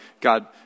God